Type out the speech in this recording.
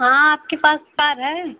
हाँ आपके पास कार है